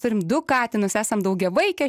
turim du katinus esam daugiavaikė